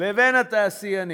לבין התעשיינים,